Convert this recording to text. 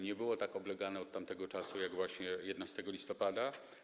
Nie było tak oblegane od tamtego czasu, jak właśnie 11 listopada.